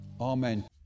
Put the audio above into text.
Amen